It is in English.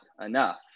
enough